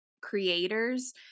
creators